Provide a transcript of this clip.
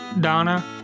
Donna